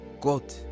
God